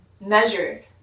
measured